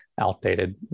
outdated